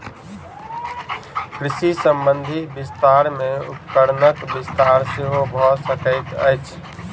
कृषि संबंधी विस्तार मे उपकरणक विस्तार सेहो भ सकैत अछि